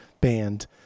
band